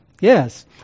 Yes